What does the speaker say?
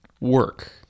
work